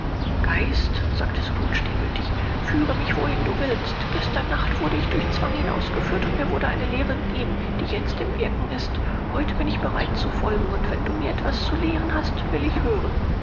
geist sagte scrooge demütig führe mich wohin du willst gestern nacht wurde ich durch zwang hinausgeführt und mir wurde eine lehre gegeben die jetzt im wirken ist heute bin ich bereit zu folgen und wenn du mir etwas zu lehren hast will ich hören